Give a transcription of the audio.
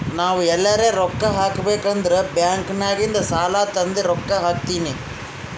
ನಾವ್ ಎಲ್ಲಾರೆ ರೊಕ್ಕಾ ಹಾಕಬೇಕ್ ಅಂದುರ್ ಬ್ಯಾಂಕ್ ನಾಗಿಂದ್ ಸಾಲಾ ತಂದಿ ರೊಕ್ಕಾ ಹಾಕ್ತೀನಿ